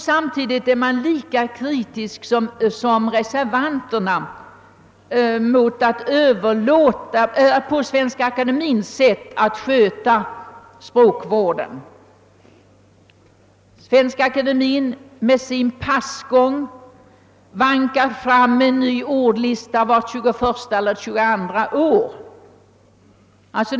Samtidigt är man lika kritisk som reservanterna mot Svenska akademiens sätt att sköta språkvården. Svenska akademien med sin passgång vankar fram en ny ordlista vart 21:a eller 22:a år.